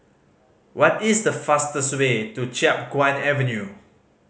what is the fastest way to Chiap Guan Avenue